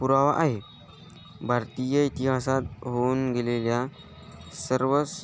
पुरावा आहे भारतीय इतिहासात होऊन गेलेल्या सर्वच